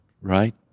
right